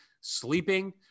sleeping